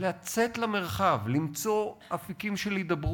לצאת למרחב, למצוא אפיקים של הידברות,